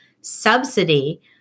subsidy